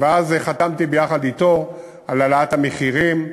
ואז חתמתי ביחד אתו על העלאת המחירים.